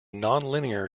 nonlinear